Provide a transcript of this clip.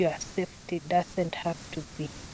your sefety doesn't have to be .